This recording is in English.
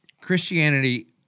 Christianity